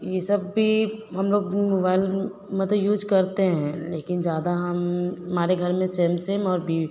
यह सब भी हम लोग मोबाइल मतलब यूज़ करते हैं लेकिन ज़्यादा हम हमारे घर में सेमसेम और वि